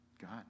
God